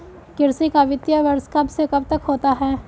कृषि का वित्तीय वर्ष कब से कब तक होता है?